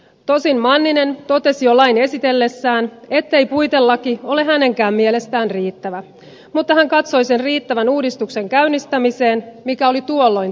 tosin manninen totesi jo lain esitellessään ettei puitelaki ole hänenkään mielestään riittävä mutta hän katsoi sen riittävän uudistuksen käynnistämiseen mikä oli tuolloin tärkeintä